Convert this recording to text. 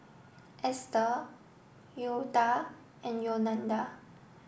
Esther Leota and Yolanda